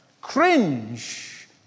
cringe